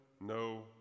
no